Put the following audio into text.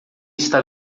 está